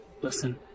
Listen